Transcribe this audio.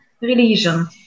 religion